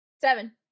Seven